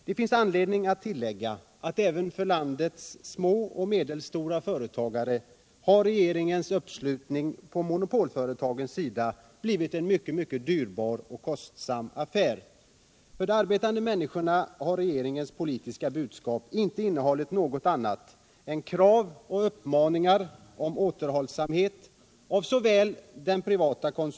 För de arbetande människorna har regeringens politiska budskap inte inneburit något annat än krav och uppmaningar på återhållsamhet i den privata konsumtionen — alltså vår dagliga kost och andra livsförnödenheter — men också uppmaningar att varken förvänta eller kräva att de stora bristerna på den samhälleliga servicens område skall avhjälpas.